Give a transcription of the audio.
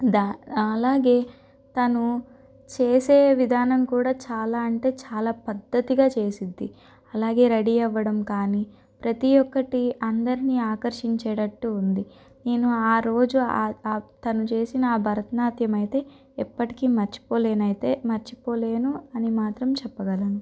డ్యా అలాగే తను చేసే విధానం కూడా చాలా అంటే చాలా పద్ధతిగా చేసిద్ది అలాగే రెడీ అవ్వడం కానీ ప్రతి ఒక్కటి అందరిని ఆకర్షించేటట్టు ఉంది నేను ఆ రోజు తను చేసిన భారతనాట్యం అయితే ఎప్పటికి మర్చిపోలేనైతే మర్చిపోలేను అని మాత్రం చెప్పగలను